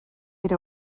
era